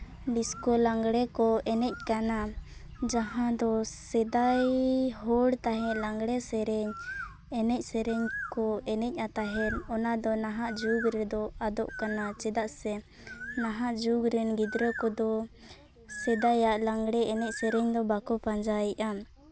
disco ᱞᱟᱜᱽᱲᱮ ᱠᱚ ᱮᱱᱮᱡ ᱠᱟᱱᱟ ᱡᱟᱦᱟᱸ ᱫᱚ ᱥᱮᱫᱟᱭ ᱦᱚᱲ ᱛᱟᱦᱮᱸ ᱞᱟᱜᱽᱲᱮ ᱥᱮᱨᱮᱧ ᱮᱱᱮᱡ ᱥᱮᱨᱮᱧ ᱠᱚ ᱮᱱᱮᱡ ᱟᱜ ᱛᱟᱦᱮᱱ ᱚᱱᱟ ᱫᱚ ᱱᱟᱦᱟᱸᱜ ᱡᱩᱜᱽ ᱨᱮᱫᱚ ᱟᱫᱚᱜ ᱠᱟᱱᱟ ᱪᱮᱫᱟᱜ ᱥᱮ ᱱᱟᱦᱟᱜ ᱡᱩᱜᱽ ᱨᱮᱱ ᱜᱤᱫᱽᱨᱟᱹ ᱠᱚᱫᱚ ᱥᱮᱫᱟᱭᱟᱜ ᱞᱟᱜᱽᱲᱮ ᱮᱱᱮᱡ ᱥᱮᱨᱮᱧ ᱫᱚ ᱵᱟᱠᱚ ᱯᱟᱸᱡᱟᱭᱮᱜᱼᱟ